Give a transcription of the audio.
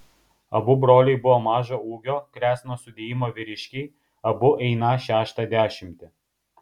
abu broliai buvo mažo ūgio kresno sudėjimo vyriškiai abu einą šeštą dešimtį